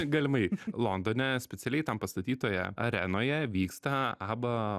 galimai londone specialiai tam pastatytoje arenoje vyksta aba